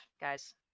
guys